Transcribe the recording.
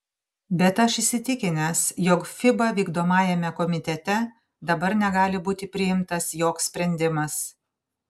bet aš įsitikinęs jog fiba vykdomajame komitete dabar negali būti priimtas joks sprendimas